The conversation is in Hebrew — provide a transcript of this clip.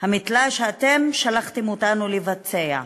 המטלה שאתם שלחתם אותנו לבצע.